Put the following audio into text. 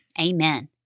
Amen